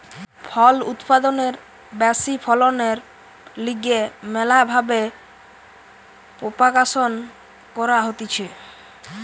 ফল উৎপাদনের ব্যাশি ফলনের লিগে ম্যালা ভাবে প্রোপাগাসন ক্যরা হতিছে